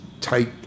tight